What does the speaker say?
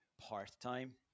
part-time